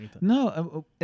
No